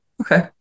Okay